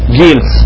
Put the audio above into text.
guilt